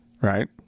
right